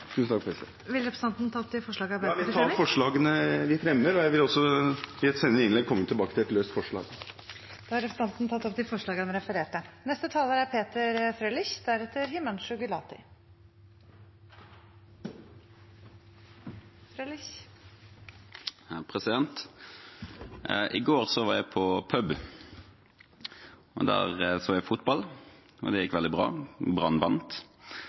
opp Arbeiderpartiets forslag, og jeg vil også i et senere innlegg komme tilbake til forslag nr. 8. Representanten Jan Bøhler har tatt opp de forslagene han refererte til. I går var jeg på pub. Der så jeg fotball, og det gikk veldig bra